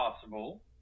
possible